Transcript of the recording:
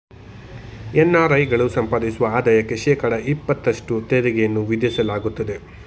NRI ಗಳು ಸಂಪಾದಿಸುವ ಆದಾಯಕ್ಕೆ ಶೇಕಡ ಇಪತ್ತಷ್ಟು ತೆರಿಗೆಯನ್ನು ವಿಧಿಸಲಾಗುತ್ತದೆ